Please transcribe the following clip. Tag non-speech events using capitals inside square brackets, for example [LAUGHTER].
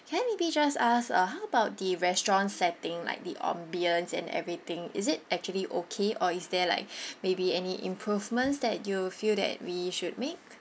can I maybe just ask uh how about the restaurant setting like the ambiance and everything is it actually okay or is there like [BREATH] maybe any improvements that you feel that we should make